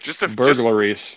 burglaries